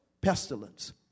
Pestilence